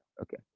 Okay